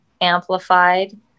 amplified